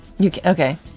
Okay